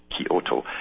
Kyoto